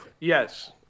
Yes